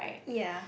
ya